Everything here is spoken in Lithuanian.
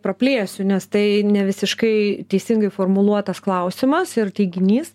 praplėsiu nes tai nevisiškai teisingai formuluotas klausimas ir teiginys